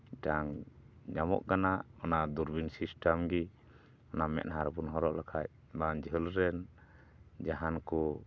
ᱢᱤᱫᱴᱟᱝ ᱧᱟᱢᱚᱜ ᱠᱟᱱᱟ ᱚᱱᱟ ᱫᱩᱨᱵᱤᱱ ᱥᱤᱥᱴᱮᱢ ᱜᱮ ᱚᱱᱟ ᱢᱮᱫᱦᱟ ᱨᱮᱵᱚᱱ ᱦᱚᱨᱚᱜ ᱞᱮᱠᱷᱟᱡ ᱵᱟᱝ ᱡᱷᱟᱹᱞ ᱨᱮᱱ ᱡᱟᱦᱟᱱ ᱠᱚ